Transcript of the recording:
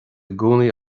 gcónaí